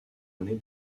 année